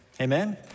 Amen